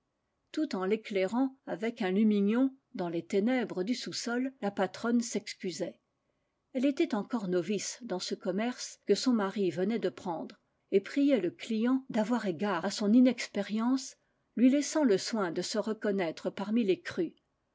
tout en l'éclairant avec un lumignon dans les ténèbres du sous-sol la patronne s'excusait elle était encore novice dans ce commerce que son mari venait de prendre et priait le client d'avoir égard à son inexpérience lui laissant le soin de se reconnaître parmi les crus